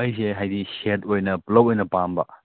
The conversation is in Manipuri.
ꯍꯥꯏꯔꯦ ꯇꯔꯥꯕꯨ ꯍꯥꯏꯔꯦ ꯅꯠꯇ꯭ꯔꯥ ꯑꯗꯨ ꯀꯥꯟꯁꯤꯗ ꯑꯩꯈꯣꯏꯒꯤ ꯍꯥꯏꯗꯤ ꯂꯥꯛꯀꯗꯧꯔꯤꯕ ꯂꯦꯕꯔꯁꯤꯡꯗꯨꯒꯤ ꯆꯥꯔꯖ ꯑꯗꯒꯤ ꯄꯨꯔꯛꯀꯗꯧꯔꯤꯕ ꯀꯩꯅꯣꯗꯨꯒꯤ ꯆꯥꯔꯖ ꯄꯨꯂꯞ ꯑꯗ ꯄꯨꯂꯞ ꯁꯨꯞꯈ꯭ꯔꯗꯣꯏꯅꯦꯕ ꯍꯥꯏꯁꯦ